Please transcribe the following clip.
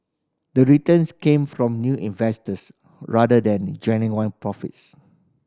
the returns came from new investors rather than genuine profits